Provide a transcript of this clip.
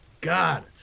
God